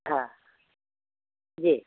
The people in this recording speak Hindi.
हाँ जी